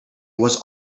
was